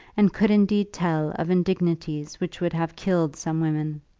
and could indeed tell of indignities which would have killed some women.